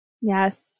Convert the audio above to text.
Yes